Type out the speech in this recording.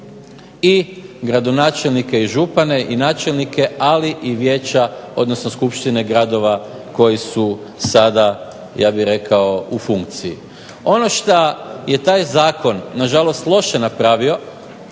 i gradonačelnike i župane i načelnike, ali i vijeća, odnosno skupštine gradova koji su sada, ja bih rekao, u funkciji. Ono što je taj zakon nažalost loše napravio